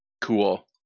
Cool